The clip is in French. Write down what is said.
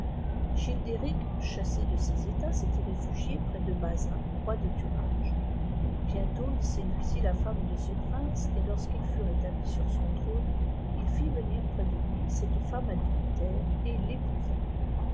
chassé de ses etats s'était réfugié près de bazin roi dethuringe bientôt il séduisit la femme de ce prince et lorsqu'il fut rétabli sur son trône il fit venir près do lui cette femme adultère et il l'épousa